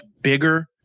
bigger